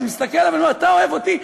אני מסתכל ואומר לו: אתה אוהב אותי?